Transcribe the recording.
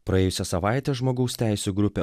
praėjusią savaitę žmogaus teisių grupė